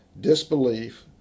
disbelief